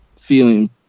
feeling